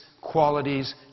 qualities